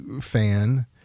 fan